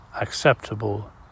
acceptable